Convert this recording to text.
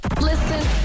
Listen